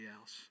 else